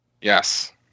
Yes